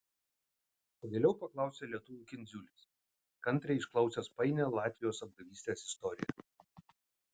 pagaliau paklausė lietuvių kindziulis kantriai išklausęs painią latvijos apgavystės istoriją